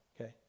okay